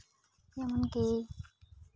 ᱡᱮᱢᱚᱱᱠᱤ